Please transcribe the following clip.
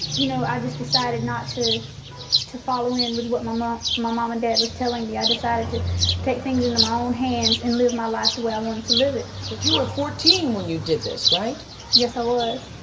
you know, i just decided not to to follow in with what my mom my mom and dad was telling me. i decided to take things into my own hands and live my life the way i wanted to live it. because you were fourteen when you did this, right? phyllis yes. i was.